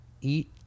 eat